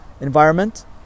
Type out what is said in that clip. environment